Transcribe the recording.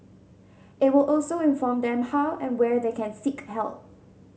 it will also inform them how and where they can seek help